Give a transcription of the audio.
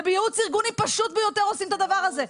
בייעוץ ארגוני פשוט ביותר עושים את הדבר הזה.